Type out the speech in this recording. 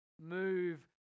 move